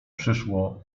przyszło